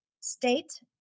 state